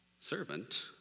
servant